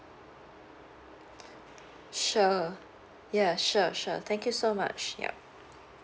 sure ya sure sure thank you so much yup